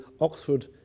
Oxford